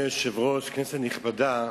אדוני היושב-ראש, כנסת נכבדה,